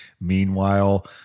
meanwhile